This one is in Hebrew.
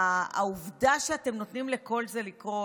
העובדה שאתם נותנים לכל זה לקרות,